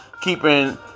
keeping